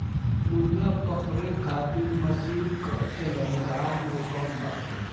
मुर्गा पकड़े खातिर मशीन कअ चलन गांव में कम बाटे